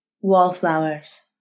Wallflowers